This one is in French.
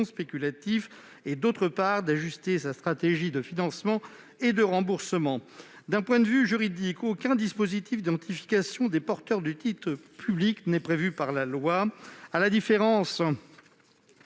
spéculatifs, mais aussi pour ajuster sa stratégie de financement et de remboursement. D'un point de vue juridique, aucun dispositif d'identification des porteurs de titres publics n'est prévu par la loi, à la différence